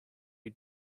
you